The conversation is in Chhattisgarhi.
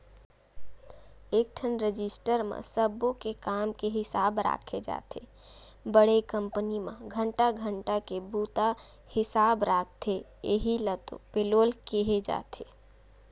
एकठन रजिस्टर म सब्बो के काम के हिसाब राखे जाथे बड़े कंपनी म घंटा घंटा के बूता हिसाब राखथे इहीं ल तो पेलोल केहे जाथे